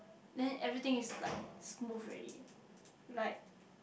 then everything is like smooth already like